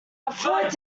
prefer